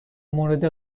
مورد